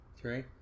Three